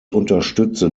unterstütze